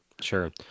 Sure